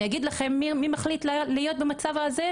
אני אגיד לכם מי מחליט להיות במצב הזה,